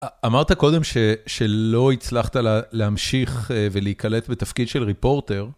אמרת קודם שלא הצלחת להמשיך ולהיקלט בתפקיד של ריפורטר.